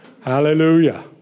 Hallelujah